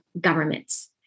governments